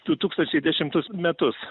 du tūkstančiai dešimtus metus